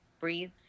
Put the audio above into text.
breathe